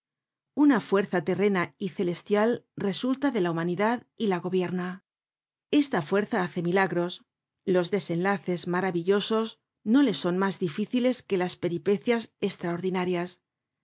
una fuerza terrena y celestial resulta de la humanidad y la gobierna esta fuerza hace milagros los desenlaces maravillosos no le son mas difíciles que las peripecias estraordinarias